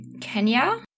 Kenya